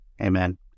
Amen